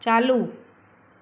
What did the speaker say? चालू